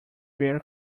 bear